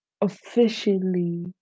officially